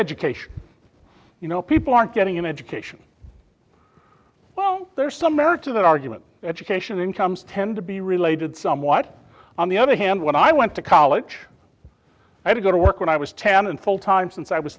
education you know people aren't getting an education well there is some merit to that argument education incomes tend to be related somewhat on the other hand when i went to college i did go to work when i was ten and full time since i was